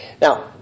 Now